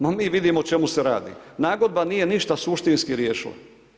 No mi vidimo o čemu se radi, nagodba nije ništa suštinski riješila.